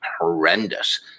horrendous